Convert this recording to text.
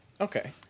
Okay